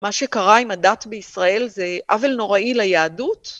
מה שקרה עם הדת בישראל זה עוול נוראי ליהדות